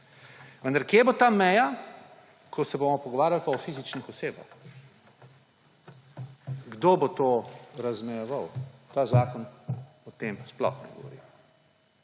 Vendar kje bo ta meja, ko se bomo pogovarjali pa o fizičnih osebah. Kdo bo to razmejeval? Ta zakon o tem sploh ne govori.